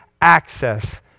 access